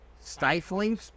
Stifling